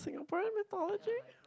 Singaporean mythology